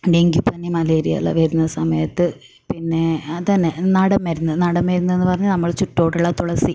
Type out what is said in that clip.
ഡെങ്കിപ്പനി മലേറിയ എല്ലാം വരുന്ന സമയത്ത് പിന്നെ അതന്നെ നാടൻ മരുന്ന് നാടൻ മരുന്നെന്ന് പറഞ്ഞാൽ നമ്മുടെ ചുറ്റോട്ടുള്ള തുളസി